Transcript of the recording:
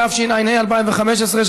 התשע"ה 2015,